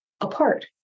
apart